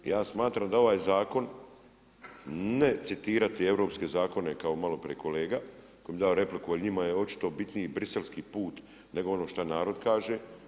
Ja smatram da ovaj zakon, ne citirati europske zakone, kao maloprije kolega, on je dao repliku, ali njima je očito bitniji briselski put, nego ono što narod kaže.